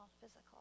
physical